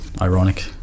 ironic